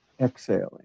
exhaling